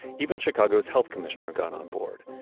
even chicago's health commissioner got on board.